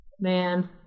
Man